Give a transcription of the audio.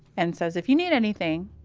and says, if you need anything,